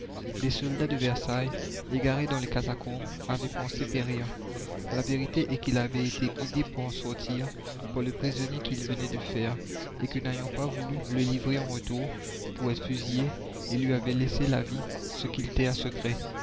des soldats de versailles égarés dans les catacombes avaient pensé périr la vérité est qu'ils avaient été guidés pour en sortir par le prisonnier qu'ils venaient de faire et que n'ayant pas voulu le livrer en retour pour être fusillé ils lui avaient laissé la vie ce qu'ils tinrent secret